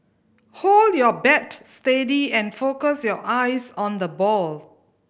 hold your bat steady and focus your eyes on the ball